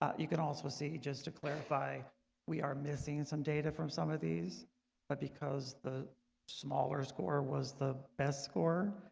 you can also see just to clarify we are missing some data from some of these but because the smaller score was the best score.